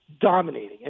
dominating